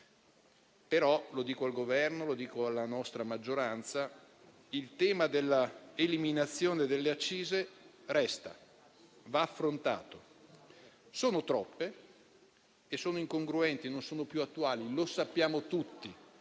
- lo dico al Governo e alla nostra maggioranza - il tema della eliminazione delle accise resta e va affrontato: sono troppe, sono incongruenti e non sono più attuali, lo sappiamo tutti.